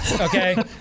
Okay